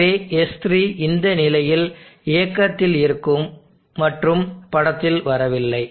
எனவே S3 இந்த நிலையில் இயக்கத்தில் இருக்கும் மற்றும் படத்தில் வரவில்லை